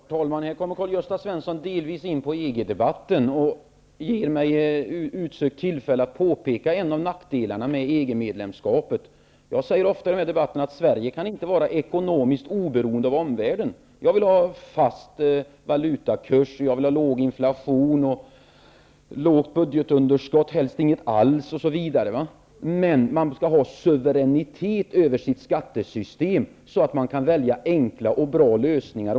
Herr talman! Här kommer Karl-Gösta Svenson delvis in på EG-debatten och ger mig ett utsökt tillfälle att påpeka en av nackdelarna med ett EG medlemskap. Jag säger ofta i debatten att Sverige inte kan vara ekonomiskt oberoende av omvärlden. Jag vill ha fast valutakurs, låg inflation, lågt budgetunderskott, helst inget alls osv., men man skall ha suveränitet över sitt skattesystem, så att man kan välja enkla och bra lösningar.